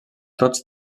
tots